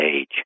age